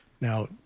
Now